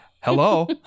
hello